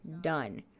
done